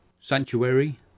Sanctuary